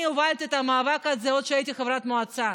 הובלתי את המאבק הזה עוד כשהייתי חברת מועצה,